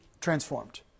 transformed